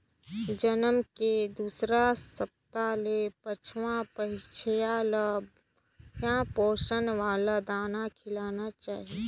जनम के दूसर हप्ता ले बछवा, बछिया ल बड़िहा पोसक वाला दाना खिलाना चाही